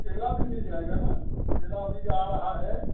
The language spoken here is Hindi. केला भी मिल जायेगा ना केला अभी आ रहा है